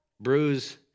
bruise